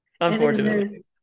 unfortunately